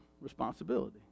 responsibility